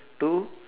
two